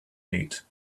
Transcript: neat